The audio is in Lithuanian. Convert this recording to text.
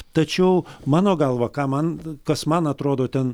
tačiau mano galva ką man kas man atrodo ten